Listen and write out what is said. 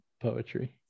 poetry